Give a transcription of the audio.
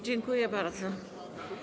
Dziękuję bardzo.